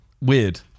Weird